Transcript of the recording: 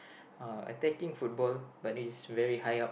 uh attacking football but it's very high up